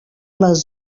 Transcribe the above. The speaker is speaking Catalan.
les